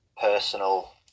personal